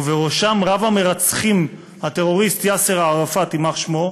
ובראשם רב-המרצחים הטרוריסט יאסר ערפאת, יימח שמו,